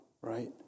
right